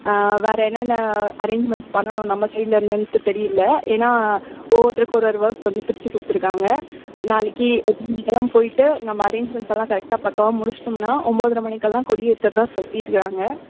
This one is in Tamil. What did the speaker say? வேறு என்னென்ன அரேஞ்ச்மெண்ட்ஸ் பண்ணணும் நம்ம சைடில் என்னென்ட்டு தெரியல ஏன்னால் ஒவ்வொருத்தருக்கு ஒரு ஒரு ஒர்க் வந்து பிரித்து கொடுத்துருக்காங்க நாளைக்கு எட்டு மணிக்கெல்லாம் போய்விட்டு நம்ம அரேஞ்ச்மெண்ட்ஸ் எல்லாம் கரெக்டாக பக்காவாக முடிச்சுட்டோம்னா ஒம்போதரை மணிக்கெல்லாம் கொடி ஏற்றுறதா சொல்லியிருக்காங்க